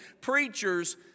preachers